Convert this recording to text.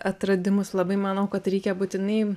atradimus labai manau kad reikia būtinai